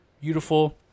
beautiful